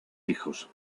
hijos